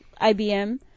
IBM